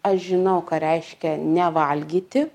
aš žinau ką reiškia nevalgyti